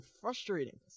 frustrating